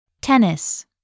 Tennis